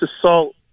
assault